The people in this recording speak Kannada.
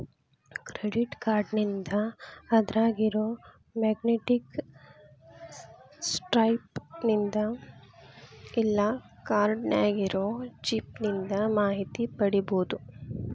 ಕ್ರೆಡಿಟ್ ಕಾರ್ಡ್ನಿಂದ ಅದ್ರಾಗಿರೊ ಮ್ಯಾಗ್ನೇಟಿಕ್ ಸ್ಟ್ರೈಪ್ ನಿಂದ ಇಲ್ಲಾ ಕಾರ್ಡ್ ನ್ಯಾಗಿರೊ ಚಿಪ್ ನಿಂದ ಮಾಹಿತಿ ಪಡಿಬೋದು